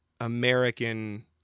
American